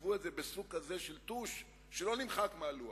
כתבו את זה בסוג כזה של טוש שלא נמחק מן הלוח,